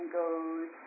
goes